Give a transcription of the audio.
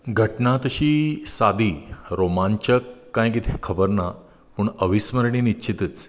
घटना तशी सादी रोमांचक काय कितें खबर ना पूण अविस्मरणीय निश्चितूच